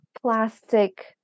plastic